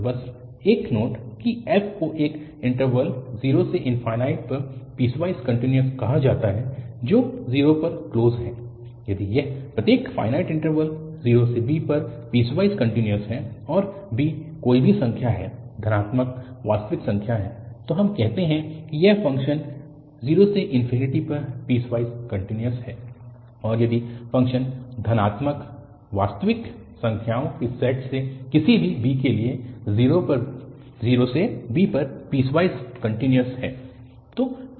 और बस एक नोट कि f को इस इन्टरवल 0∞ पर पीसवाइस कन्टिन्यूअस कहा जाता है जो 0 पर क्लोज़ है यदि यह प्रत्येक फ़ाइनाइट इन्टरवल 0b पर पीसवाइस कन्टिन्यूअस है और b कोई भी संख्या है धनात्मक वास्तविक संख्या है तो हम कहते हैं कि यह फ़ंक्शन 0∞ पर पीसवाइस कन्टिन्यूअस है यदि फ़ंक्शन धनात्मक वास्तविक संख्याओं के सेट से किसी भी b के लिए 0b पर पीसवाइस कन्टिन्यूअस है